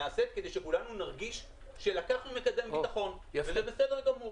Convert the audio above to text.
נעשית כדי שכולנו נרגיש שלקחנו מקדם ביטחון וזה בסדר גמור.